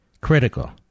critical